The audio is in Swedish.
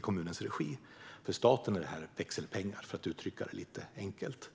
kommunens regi. För staten är det här växelpengar, för att uttrycka det lite enkelt.